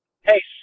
hey